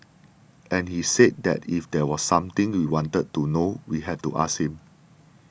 and he said that if there was something we wanted to know we had to ask him